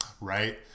Right